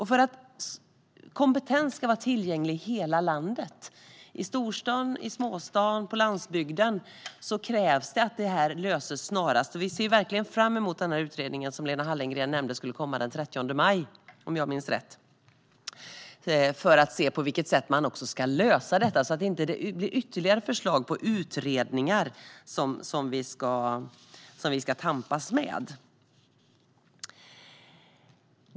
För att kompetens ska vara tillgänglig i hela landet - i storstäder, i småstäder och på landsbygden - krävs att detta löses snarast. Vi ser fram emot den utredning som Lena Hallengren nämnde och som kommer den 30 maj, om jag minns rätt, för att se på vilket sätt man ska lösa detta så att det inte kommer ytterligare förslag på utredningar som vi ska tampas med.